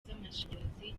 z’amashanyarazi